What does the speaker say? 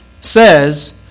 says